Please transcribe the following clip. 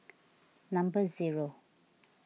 number zero